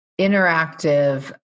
interactive